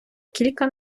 кілька